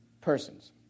persons